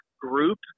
group